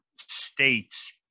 states